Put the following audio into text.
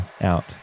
out